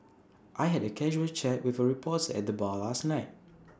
I had A casual chat with A reporter at the bar last night